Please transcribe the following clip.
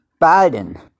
Biden